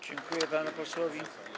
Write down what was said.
Dziękuję panu posłowi.